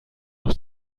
noch